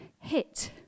hit